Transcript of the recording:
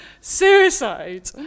suicide